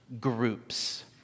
groups